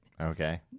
Okay